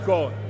God